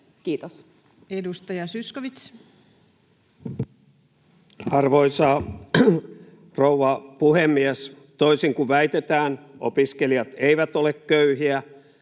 Kiitos. Edustaja Zyskowicz. Arvoisa rouva puhemies! Toisin kuin väitetään, opiskelijat eivät ole köyhiä.